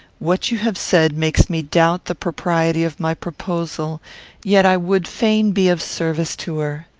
what you have said makes me doubt the propriety of my proposal yet i would fain be of service to her.